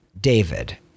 David